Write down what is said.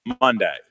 Monday